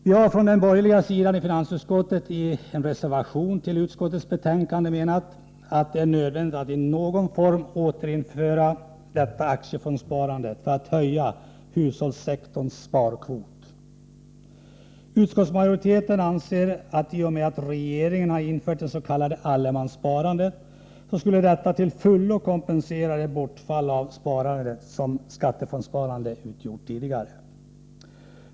Vi har från den borgerliga sidan i finansutskottet i en reservation till utskottets betänkande menat, att det är nödvändigt att i någon form återinföra detta aktiefondssparande för att höja hushållens sparkvot. Utskottsmajoriteten anser att i och med att regeringen har infört det s.k. allemanssparandet, skulle detta till fullo kompensera bortfallet av det sparande som skattefondssparandet utgjort tidigare.